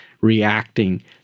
reacting